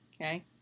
okay